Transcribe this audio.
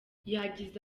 yagize